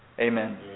Amen